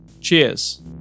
Cheers